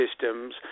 systems